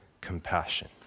compassion